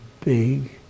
big